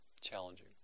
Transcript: challenging